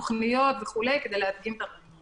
תכניות כדי להדגים את העניין.